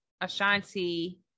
ashanti